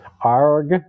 Arg